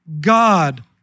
God